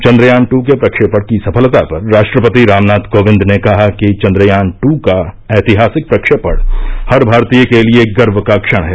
चन्द्रयान ट के प्रक्षेपण की सफलता पर राश्ट्रपति रामनाथ कोविंद ने कहा कि चन्द्रयान ट का ऐतिहासिक प्रक्षेपण हर भारतीय के लिये गर्व का क्षण है